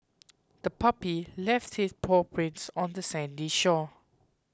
the puppy left its paw prints on the sandy shore